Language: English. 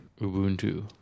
Ubuntu